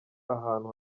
ahantu